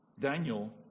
Daniel